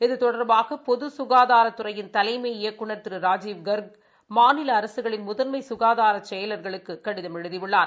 இது தொடர்பாக பொது சுகாதார துறையின் தலைமை இயக்குநர் திரு ராஜீவ் கர்க் மாநில அரசுகளின் முதன்மை சுகாதார செயலர்களுக்கு கடிதம் எழுதியுள்ளார்